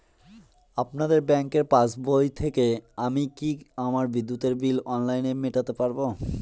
আপনাদের ব্যঙ্কের পাসবই থেকে আমি কি আমার বিদ্যুতের বিল অনলাইনে মেটাতে পারবো?